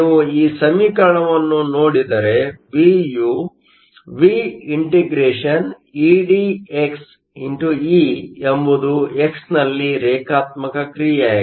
ನೀವು ಈ ಸಮೀಕರಣವನ್ನು ನೋಡಿದರೆ V ಯು V ∫EdxE ಎಂಬುದು x ನಲ್ಲಿ ರೇಖಾತ್ಮಕ ಕ್ರಿಯೆಯಾಗಿದೆ